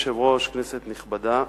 אדוני היושב-ראש, כנסת נכבדה,